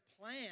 plan